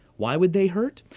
why would they hurt?